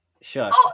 Shush